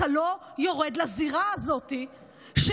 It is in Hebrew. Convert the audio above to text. אתה לא יורד לזירה הזאת של,